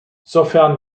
sofern